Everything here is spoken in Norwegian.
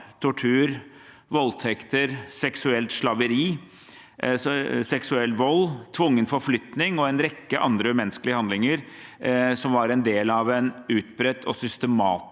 tortur, voldtekter, seksuelt slaveri, seksuell vold, tvungen forflytning og en rekke andre umenneskelige handlinger, som var en del av en utbredt og systematisk